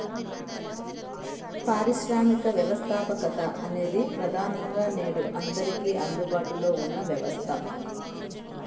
పారిశ్రామిక వ్యవస్థాపకత అనేది ప్రెదానంగా నేడు అందరికీ అందుబాటులో ఉన్న వ్యవస్థ